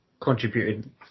Contributed